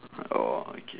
oh okay